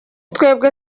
twebwe